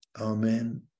Amen